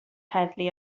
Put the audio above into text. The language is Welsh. heddlu